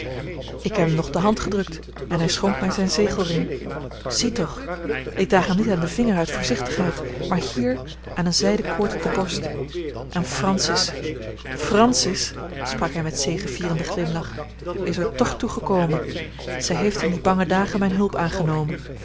ik heb hem nog de hand gedrukt en hij schonk mij zijn zegelring zie toch ik draag hem niet aan den vinger uit voorzichtigheid maar hier aan een zijden koord op de borst en francis francis sprak hij met zegevierenden glimlach is er toch toe gekomen zij heeft in die bange dagen mijne hulp aangenomen